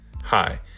Hi